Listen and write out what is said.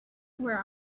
where